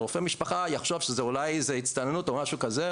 רופא משפחה יחשוב שזה אולי הצטננות או משהו כזה.